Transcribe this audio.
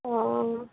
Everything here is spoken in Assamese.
অঁ